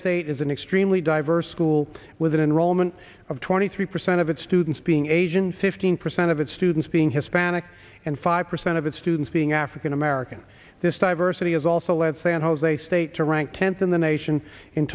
state is an extremely diverse school with an enrollment of twenty three percent of its students being eight in fifteen percent of its students being hispanic and five percent of its students being african american this diversity has also led san jose state to rank tenth in the nation in